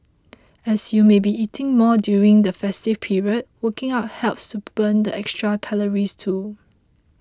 as you may be eating more during the festive period working out helps to burn the extra calories too